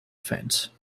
fence